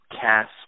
cast